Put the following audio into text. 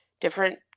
different